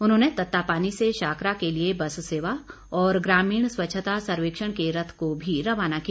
उन्होंने तत्तापानी से शाकरा के लिए बस सेवा और ग्रामीण स्वच्छता सर्वेक्षण के रथ को भी रवाना किया